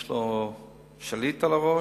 יש לו שליט על הראש,